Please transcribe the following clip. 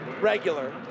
regular